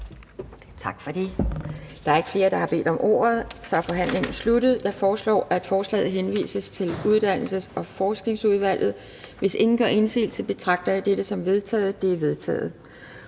Da der ikke er flere, som har bedt om ordet, er forhandlingen sluttet. Jeg foreslår, at lovforslaget henvises til Beskæftigelsesudvalget. Hvis ingen gør indsigelse, betragter jeg dette som vedtaget. Det er vedtaget.